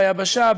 ביבשה,